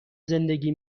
زندگی